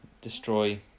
destroy